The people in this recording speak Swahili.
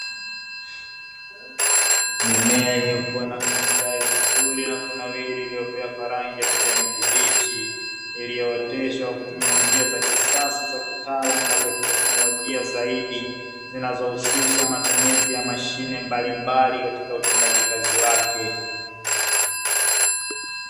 Mimea iliyokuwa na kustawi vizuri na kunawiri, iliyopewa kwa rangi ya kijani kibichi; iliyooteshwa kwa kutumia njia za kisasa za kitaalamu na za teknolojia zaidi, zinazohusisha matumizi ya mashine mbalimbali katika utendaji kazi wake.